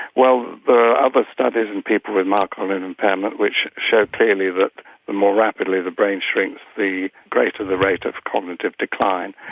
well the other studies in people with mild cognitive um and impairment which show clearly that the more rapidly the brain shrinks the greater the rate of cognitive decline,